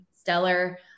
stellar